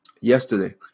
yesterday